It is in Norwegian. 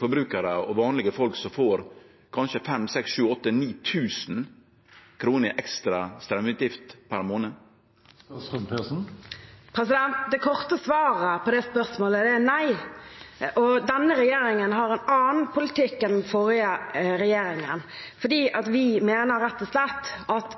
forbrukarar, vanlege folk, som kanskje får 5 000, 6 000, 7 000, 8 000, 9 000 kr i ekstra straumutgifter per månad? Det korte svaret på det spørsmålet er nei. Denne regjeringen har en annen politikk enn den forrige regjeringen, for vi mener rett og slett at